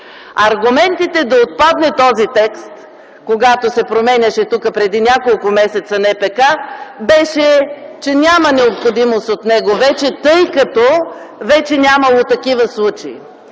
Аргументите да отпадне този текст, когато се променяше тук преди няколко месеца НПК, бяха, че няма необходимост от него вече, тъй като вече нямало такива случаи.